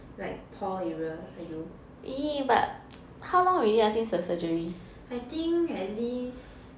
like paw area !aiyo! I think at least